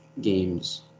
games